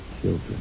children